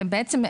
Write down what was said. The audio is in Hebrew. ובעצם,